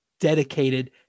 dedicated